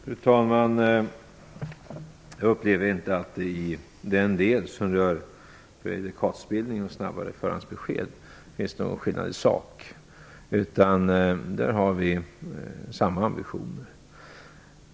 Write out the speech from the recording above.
Fru talman! Jag upplever inte att det i den del som rör prejudikatsbildning och snabbare förhandsbesked finns någon skillnad i sak. Där har vi samma ambitioner.